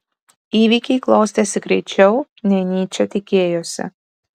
įvykiai klostėsi greičiau nei nyčė tikėjosi